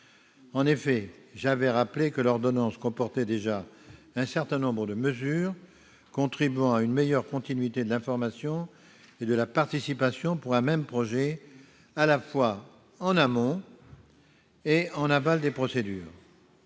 En effet, j'avais rappelé que l'ordonnance comportait déjà un certain nombre de mesures contribuant à une meilleure continuité de l'information et de la participation pour un même projet, à la fois en amont et en aval des procédures.